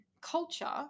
culture